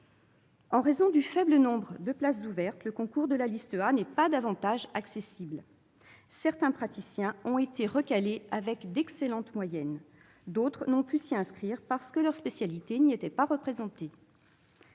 En raison du faible nombre de places ouvertes, le concours de la liste A n'est pas davantage accessible : certains praticiens ont été recalés avec d'excellentes moyennes ; d'autres n'ont pu s'y inscrire parce que leur spécialité n'y était pas représentée.